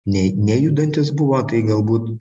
nei nejudantis buvo tai galbūt